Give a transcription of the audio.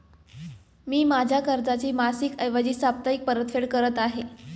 मी माझ्या कर्जाची मासिक ऐवजी साप्ताहिक परतफेड करत आहे